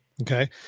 Okay